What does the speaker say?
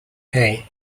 hey